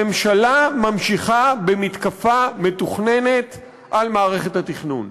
הממשלה ממשיכה במתקפה מתוכננת על מערכת התכנון.